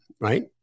right